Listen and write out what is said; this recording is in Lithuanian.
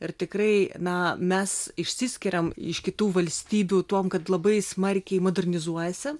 ir tikrai na mes išsiskiriam iš kitų valstybių tuom kad labai smarkiai modernizuojasi